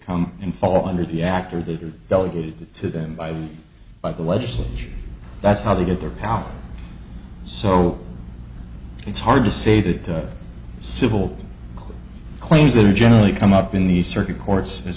come in fall under the act or they do delegated to them by the by the legislature that's how they get their power so it's hard to say that a civil claims that are generally come up in the circuit courts as